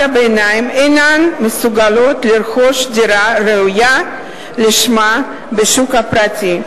הביניים אינם מסוגלים לרכוש דירה ראויה לשמה בשוק הפרטי.